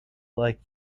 like